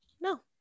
no